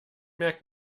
merkt